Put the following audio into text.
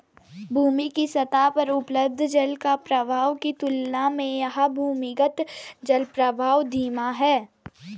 भूमि के सतह पर उपलब्ध जल के प्रवाह की तुलना में यह भूमिगत जलप्रवाह धीमा है